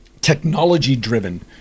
technology-driven